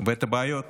ואת הבעיות.